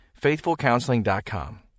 FaithfulCounseling.com